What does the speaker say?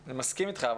אני מסכים איתך,